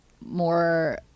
more